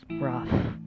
rough